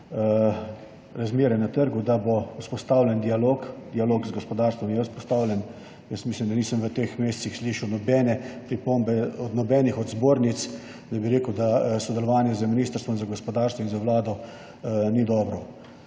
razmere na trgu, da bo vzpostavljen dialog. Dialog z gospodarstvom je vzpostavljen. Jaz mislim, da nisem v teh mesecih slišal nobene pripombe od nobene od zbornic, da sodelovanje z Ministrstvom za gospodarstvo in z Vlado ni dobro.